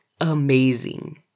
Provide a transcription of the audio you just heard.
amazing